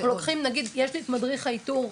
לוקחים נגיד יש לי את מדריך האיתור,